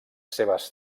seves